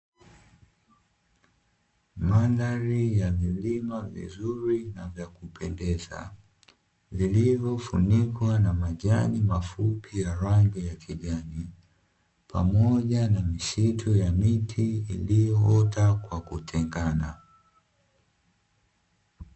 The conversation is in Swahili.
Mandhari ya vilima vizuri na vya kupendeza, vilivyofunikwa na majani mafupi ya rangi ya kijani, pamoja na misitu ya miti iliyoota kwa kutengana.